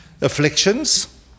Afflictions